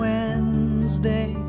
Wednesday